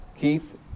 Keith